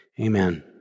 amen